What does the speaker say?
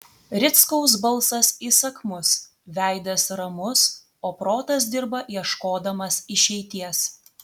rickaus balsas įsakmus veidas ramus o protas dirba ieškodamas išeities